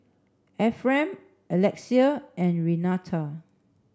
Ephram Alexia and Renata